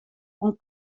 oan